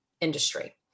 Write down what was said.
industry